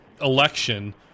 election